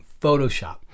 Photoshop